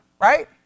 right